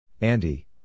Andy